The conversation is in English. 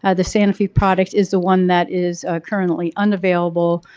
ah the sanofi product is the one that is currently unavailable,